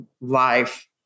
life